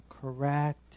correct